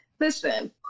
Listen